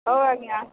ହଉ ଆଜ୍ଞା